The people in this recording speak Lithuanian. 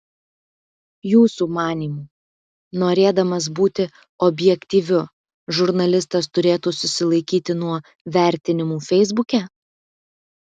jūsų manymu norėdamas būti objektyviu žurnalistas turėtų susilaikyti nuo vertinimų feisbuke